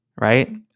right